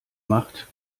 macht